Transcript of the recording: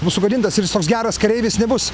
bus sugadintas ir jis toks geras kareivis nebus